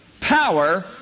power